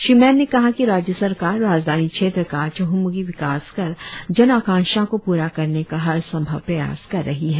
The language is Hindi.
श्री मैने ने कहा कि राज्य सरकार राजधानी क्षेत्र का चह्म्खी विकास कर जन आकांक्षाओं को प्रा करने का हरसंभव प्रयास कर रही है